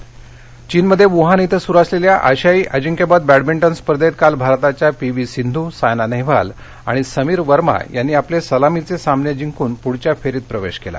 badminton चीनमध्ये Wuhan क्वें सुरु असलेल्या आशियाई अजिंक्यपद बॅडमिंटन स्पर्धेत काल भारताच्या पी व्ही सिंधू सायना नेहवाल आणि समीर वर्मा यांनी आपले सलामीचे सामने जिंकून पुढच्या फेरीत प्रवेश केला